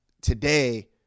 today –